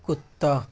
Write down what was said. کتا